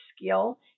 skill